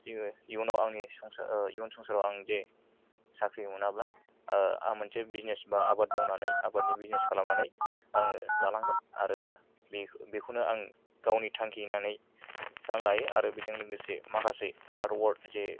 बेयो इयुनाव आंनि संसार इयुन संसाराव आं जे साख्रि मोनाबा आंहा मोनसे बिजिनेस बा आबाद मावनानै आबादनि बिजिनेस खालामनानै आङो जालांगोन आरो बे बेखौनो आं गावनि थांखि होननानै साननानै लायो आरो बेजों लोगोसे माखासे हार्ड वार्क जे